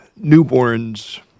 newborns